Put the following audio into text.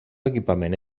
equipament